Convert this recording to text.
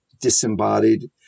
disembodied